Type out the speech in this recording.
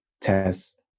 test